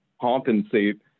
compensate